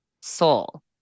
soul